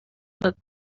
look